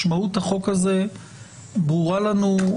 משמעות החוק הזה ברורה לנו,